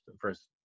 first